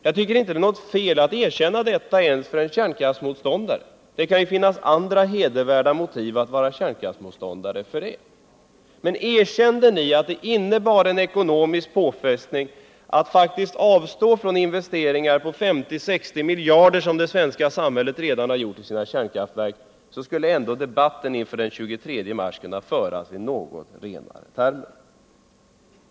Det borde inte vara fel att erkänna det ens för en kärnkraftsmotståndare — det kan ju tänkas att det finns andra hedervärda motiv för att man skall vara kärnkraftsmotståndare. Om ni erkände att det faktiskt innebär en ekonomisk påfrestning att avstå från investeringar på 50-60 miljarder, investeringar som det svenska samhället redan har gjort i sina kärnkraftverk, så skulle debatten inför den 23 mars kunna föras i något renare termer.